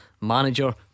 Manager